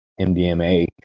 MDMA